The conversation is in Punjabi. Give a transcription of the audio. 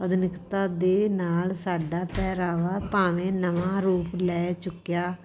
ਆਧੁਨਿਕਤਾ ਦੇ ਨਾਲ ਸਾਡਾ ਪਹਿਰਾਵਾ ਭਾਵੇਂ ਨਵਾਂ ਰੂਪ ਲੈ ਚੁੱਕਿਆ